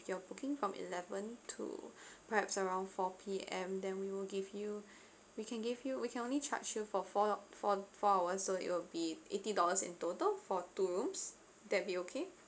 you're booking from eleven to perhaps around four P_M then we will give you we can give you we can only charge you for for four four hours so it'll be eighty dollars in total for two rooms will that be okay